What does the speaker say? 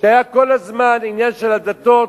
שהיו כל הזמן העניין של הדתות,